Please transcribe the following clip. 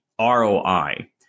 ROI